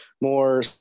more